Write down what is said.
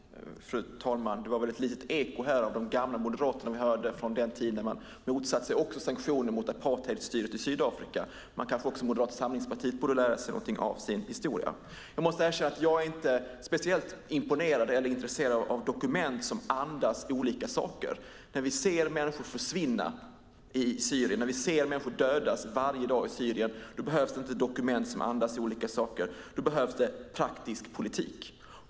Fru talman! Det var ett litet eko från de gamla moderaterna vi hörde från den tid då man också motsatte sig sanktioner mot apartheidstyret i Sydafrika. Moderata samlingspartiet borde kanske också lära sig någonting av sin historia. Jag måste erkänna att jag inte är speciellt imponerad eller intresserad av dokument som andas olika saker. När vi ser människor försvinna i Syrien och när vi ser människor dödas varje dag i Syrien behövs det inte dokument som andas olika saker. Då behövs det praktiskt politik.